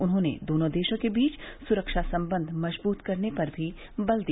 उन्होंने दोनों देशों के बीच सुरक्षा सम्बंध मजबूत करने पर भी बल दिया